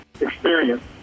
experience